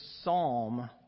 psalm